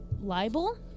libel